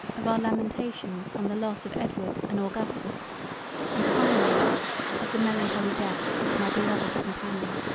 of our lamentations on the loss of edward and augustus and finally of the melancholy death of my beloved companion.